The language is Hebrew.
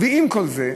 עם כל זה,